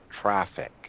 traffic